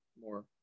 more